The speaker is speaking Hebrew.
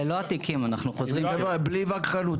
חבר'ה, בלי וכחנות.